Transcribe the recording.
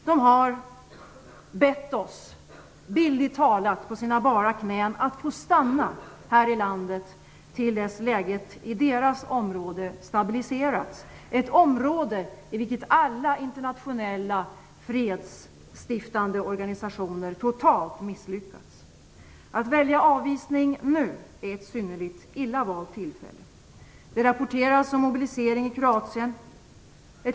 De ber oss, bildligt talat på sina bara knän, att få stanna här i landet tills läget i deras område stabiliserats - ett område i vilket alla internationella fredsstiftande organisationer har misslyckats totalt. Att välja avvisning nu är ett synnerligen illa valt tillfälle. Det rapporteras om mobilisering i Kroatien.